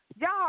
Y'all